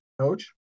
coach